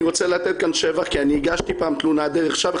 אני רוצה לתת כאן שבח כי אני הגשתי פעם תלונה דרך שם.